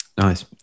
Nice